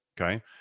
Okay